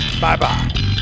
bye-bye